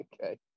Okay